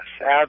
Yes